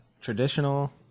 Traditional